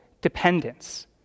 dependence